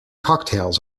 cocktails